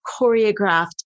choreographed